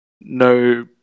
no